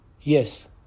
yes